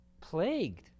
plagued